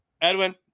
Edwin